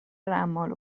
رمال